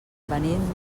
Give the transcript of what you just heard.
venim